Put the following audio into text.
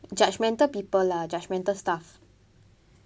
judgemental people lah judgemental stuff